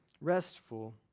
restful